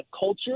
culture